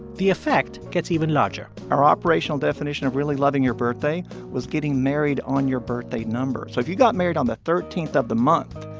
the effect gets even larger our operational definition of really loving your birthday was getting married on your birthday number. so if you got married on the thirteenth of the month,